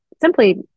simply